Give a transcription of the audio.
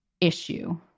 issue